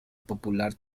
popular